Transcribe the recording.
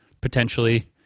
potentially